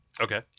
Okay